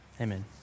Amen